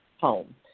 home